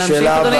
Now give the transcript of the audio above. להמשיך, אדוני?